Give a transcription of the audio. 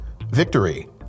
victory